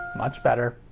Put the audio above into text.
much better.